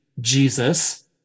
Jesus